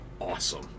awesome